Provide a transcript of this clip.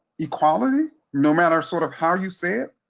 equality, no matter sort of how you say it,